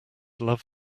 love